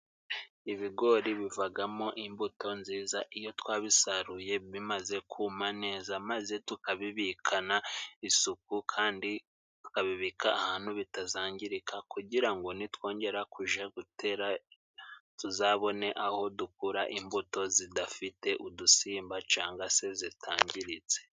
Ibigori bivagamo imbuto nziza iyo twabisaruye bimaze kuma neza ,maze tukabibikana isuku Kandi tukabibika ahantu bitazangirika kugira ngo nitwongera kuja gutera, tuzabone aho dukura imbuto zidafite udusimba canga se zitangiritse.